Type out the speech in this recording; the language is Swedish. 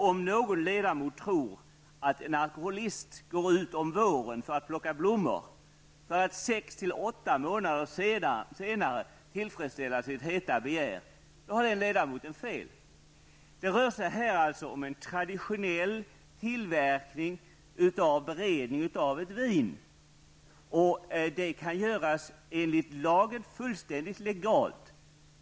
Om någon ledamot tror att en alkoholist går ut om våren och plockar blommor för att sex till åtta månader senare tillfredsställa sitt heta begär, har den ledamoten fel. Det rör sig här om en traditionell tillverkning och beredning av ett vin. Det kan enligt lagen göras fullständigt legalt.